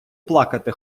плакати